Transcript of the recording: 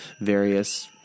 various